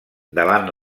davant